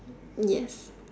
yes